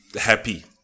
happy